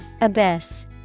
Abyss